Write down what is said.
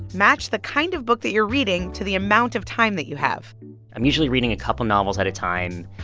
match the kind of book that you're reading to the amount of time that you have i'm usually reading a couple novels at a time,